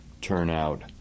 turnout